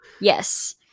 Yes